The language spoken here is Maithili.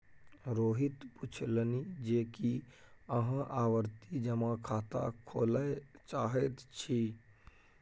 रोहित पुछलनि जे की अहाँ आवर्ती जमा खाता खोलय चाहैत छी